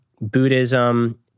Buddhism